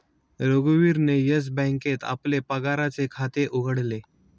रघुवीरने येस बँकेत आपले पगाराचे खाते उघडले